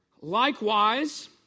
Likewise